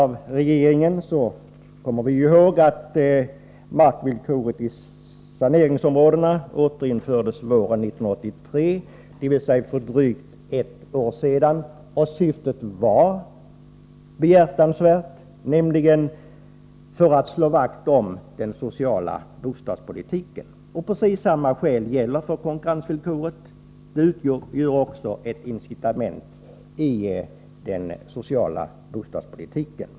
Vi kommer ju ihåg att markvillkoret i saneringsområden på förslag av regeringen återinfördes våren 1983, dvs. för drygt ett år sedan. Syftet var behjärtansvärt, nämligen att slå vakt om den sociala bostadspolitiken. Precis samma skäl gäller för konkurrensvillkoret. Det utgör ju också ett incitament i den sociala bostadspolitiken.